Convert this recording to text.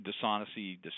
Dishonesty